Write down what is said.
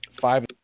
five